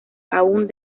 aún